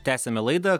tęsiame laidą